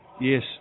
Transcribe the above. yes